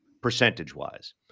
percentage-wise